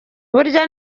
burya